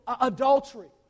adultery